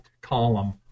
column